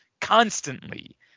constantly